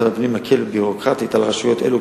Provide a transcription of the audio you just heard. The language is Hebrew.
משרד הפנים מקל מבחינה ביורוקרטית על רשויות אלו,